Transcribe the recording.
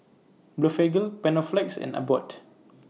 Blephagel Panaflex and Abbott